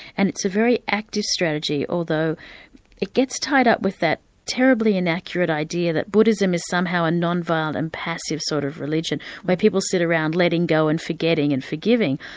and it's a very active strategy, although it gets tied up with that terribly inaccurate idea that buddhism is somehow a non-violent, and passive sort of religion where people sit around letting go and forgetting and forgiving.